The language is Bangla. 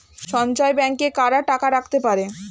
সঞ্চয় ব্যাংকে কারা টাকা রাখতে পারে?